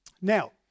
Now